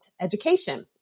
education